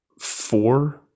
four